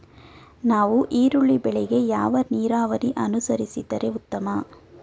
ನಾವು ಈರುಳ್ಳಿ ಬೆಳೆಗೆ ಯಾವ ನೀರಾವರಿ ಅನುಸರಿಸಿದರೆ ಉತ್ತಮ?